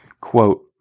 quote